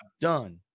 Done